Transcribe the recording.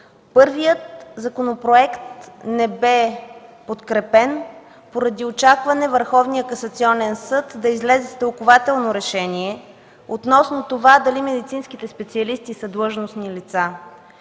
Първият законопроект не бе подкрепен поради очакване Върховният касационен съд да излезе с тълкувателно решение относно това дали медицинските специалисти са длъжностни лица.